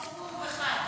היית ברור וחד.